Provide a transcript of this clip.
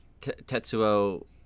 Tetsuo